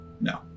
No